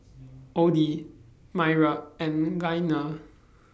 Audie Mayra and Iyana